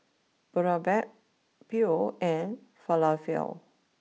Boribap Pho and Falafel